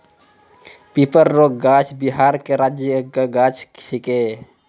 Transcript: पीपर रो गाछ बिहार के राजकीय गाछ छिकै